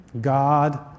God